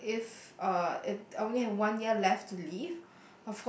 so if uh if only have one year left to live